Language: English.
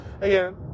again